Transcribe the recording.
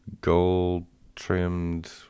gold-trimmed